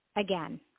Again